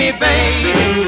Baby